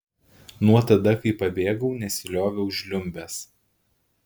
nuo tada kai pabėgau nesilioviau žliumbęs